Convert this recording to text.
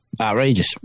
outrageous